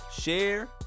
share